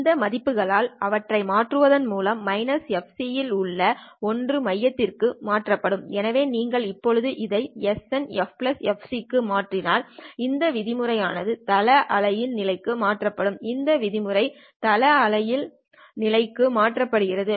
அந்த மதிப்புகளால் அவற்றை மாற்றுவதன் மூலம் fc இல் உள்ள ஒன்று மையத்திற்கு மாற்றப்படும் எனவே நீங்கள் இப்போது இதை SNffc க்கு மாற்றினால் இந்த விதிமுறை ஆனது தளஅலையின் நிலைக்கு மாற்றப்படும் இந்த விதிமுறை தளஅலையின் நிலைக்கு மாற்றப்படுகிறது